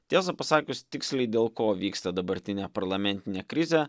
tiesą pasakius tiksliai dėl ko vyksta dabartinė parlamentinė krizė